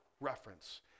reference